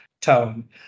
tone